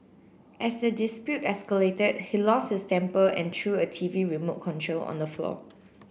as the dispute escalated he lost his temper and threw a T V remote control on the floor